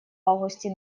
августе